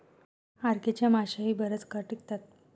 RK च्या माश्याही बराच काळ टिकतात